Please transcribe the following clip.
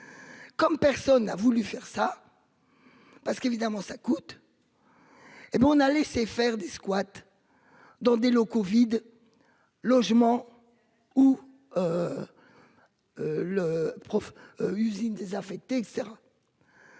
Comme personne n'a voulu faire ça. Parce qu'évidemment ça coûte. Et bon on a laissé faire du squat. Dans des locaux vides. Logement ou. Le prof, usines désaffectées, etc.